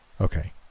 Okay